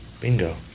bingo